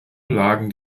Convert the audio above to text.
lagen